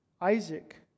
Isaac